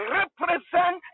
represent